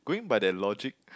going by that logic